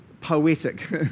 poetic